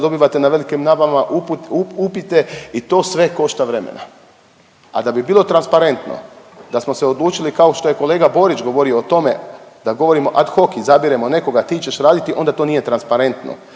dobivate na velikim nabavama upite i to sve košta vremena. A da bi bilo transparentno, da smo se odlučili kao što je kolega Borić govorio o tome da govorimo ad hoc izabiremo nekoga ti ćeš raditi onda to nije transparentno,